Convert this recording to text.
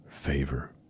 favor